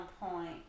point